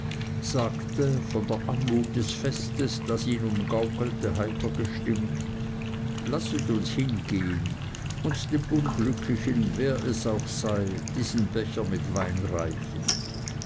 sagte von der anmut des festes das ihn umgaukelte heiter gestimmt lasset uns hingehen und dem unglücklichen wer es auch sei diesen becher mit wein reichen